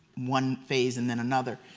one phase and then another.